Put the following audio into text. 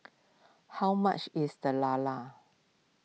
how much is the Lala